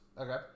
Okay